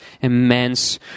immense